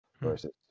versus